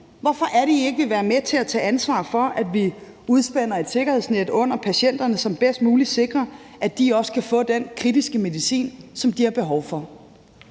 Hvorfor er det, at I ikke vil være med til at tage ansvar for, at vi spænder et sikkerhedsnet under patienterne, så vi bedst muligt sikrer, at de kan få den kritiske medicin, som de har behov for?